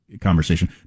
conversation